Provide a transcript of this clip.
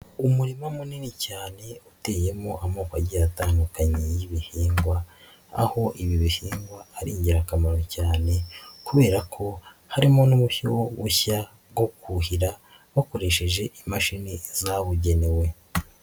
Umurima munini cyane uteyemo amoko atandukanye y'ibihingwa, aho ibi bihingwa ari ingirakamaro cyane kubera ko harimo n'uryo bushya bwo kuhira bakoresheje imashini zabugenewe.